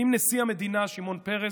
עם נשיא המדינה שמעון פרס,